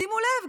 שימו לב,